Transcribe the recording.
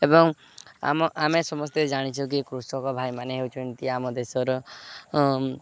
ଏବଂ ଆମ ଆମେ ସମସ୍ତେ ଜାଣିଛୁ କି କୃଷକ ଭାଇମାନେ ହେଉଛନ୍ତି ଆମ ଦେଶର